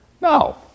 No